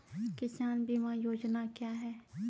किसान बीमा योजना क्या हैं?